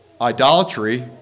idolatry